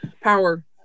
power